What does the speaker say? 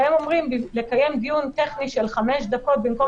והם אומרים לקיים דיון טכני של חמש דקות במקום